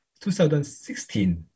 2016